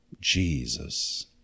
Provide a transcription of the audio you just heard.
Jesus